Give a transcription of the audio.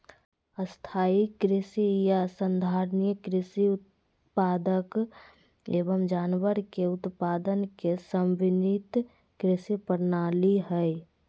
स्थाई कृषि या संधारणीय कृषि पादप एवम जानवर के उत्पादन के समन्वित कृषि प्रणाली हई